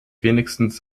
wenigstens